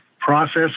process